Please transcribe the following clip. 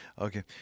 Okay